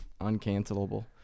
uncancelable